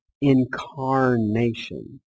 incarnation